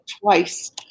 twice